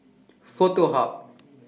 Foto Hub